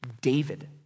David